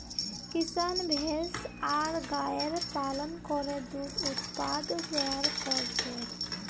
किसान भैंस आर गायर पालन करे दूध उत्पाद तैयार कर छेक